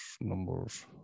numbers